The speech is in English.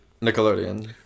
Nickelodeon